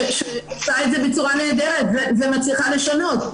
שעושה את זה בצורה נהדרת ומצליחה לשנות.